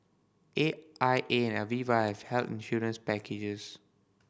A I A and Aviva have health insurance packages